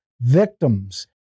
victims